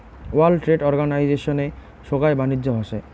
world trade অর্গানিজশনে সোগাই বাণিজ্য হসে